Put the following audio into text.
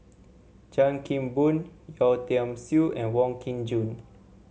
Chan Kim Boon Yeo Tiam Siew and Wong Kin Jong